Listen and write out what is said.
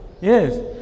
Yes